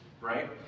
right